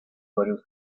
varios